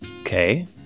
Okay